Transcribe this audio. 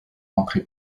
entrée